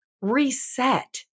reset